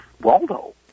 Waldo